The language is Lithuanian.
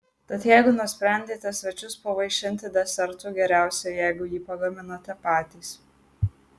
tad jeigu nusprendėte svečius pavaišinti desertu geriausia jeigu jį pagaminote patys